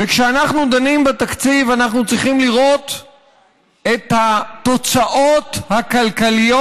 וכשאנחנו דנים בתקציב אנחנו צריכים לראות את התוצאות הכלכליות